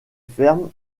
ferme